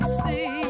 see